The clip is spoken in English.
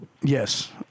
Yes